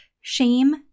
shame